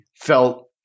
felt